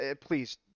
Please